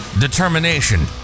determination